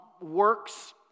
works